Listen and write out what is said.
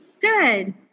good